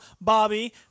Bobby